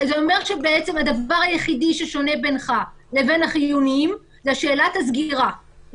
זה אומר שהדבר היחידי ששונה בינך לבין החיוניים זה שאלת הסגירה.